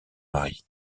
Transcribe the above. mari